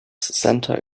center